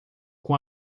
com